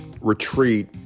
retreat